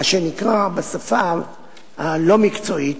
מה שנקרא בשפה הלא-מקצועית: